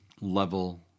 level